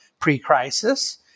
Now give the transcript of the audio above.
pre-crisis